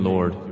Lord